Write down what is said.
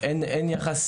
אמרה יפה